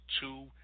two